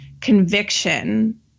conviction